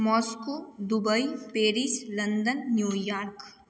Moscow Dubai Paris London New York